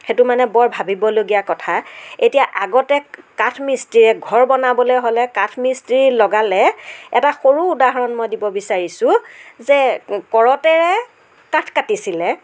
সেইটো মানে বৰ ভাবিবলগীয়া কথা এতিয়া আগতে কাঠমিস্ত্ৰীয়ে ঘৰ বনাবলৈ হ'লে কাঠমিস্ত্ৰী লগালে এটা সৰু উদাহৰণ মই দিব বিচাৰিছোঁ যে কৰতেৰে কাঠ কাটিছিলে